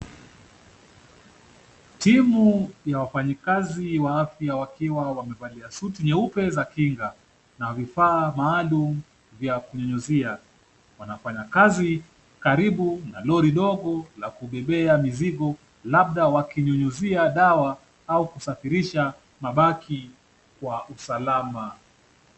Timu ya wafanyikazi wa afya wakiwa wamevalia suti nyeupe za kinga na vifaa maalum vya kunyunyizia. Wanafanya kazi karibu na lori dogo la kubeba mizigo, labda wakinyunyuzia dawa au kusafirisha mabaki kwa usalama.